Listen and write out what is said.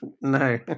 No